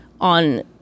on